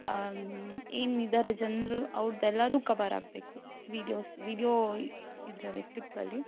ಏನು ಇದ್ದಾರೆ ಜನರು ಅವ್ರದ್ದು ಎಲ್ಲಾದೂ ಕವರ್ ಆಗಬೇಕು ವೀಡಿಯೋಸ್ ವೀಡಿಯೋ ಇದರಲ್ಲಿ ಕ್ಲಿಪ್ಪಲ್ಲಿ